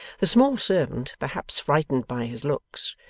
the small servant, perhaps frightened by his looks,